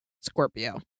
Scorpio